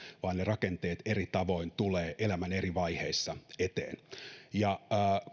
vaan ne rakenteet eri tavoin tulevat elämän eri vaiheissa eteen